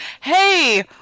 Hey